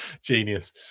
Genius